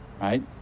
right